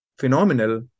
phenomenal